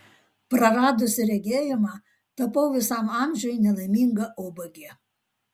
praradusi regėjimą tapau visam amžiui nelaiminga ubagė